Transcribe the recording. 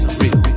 real